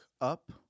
up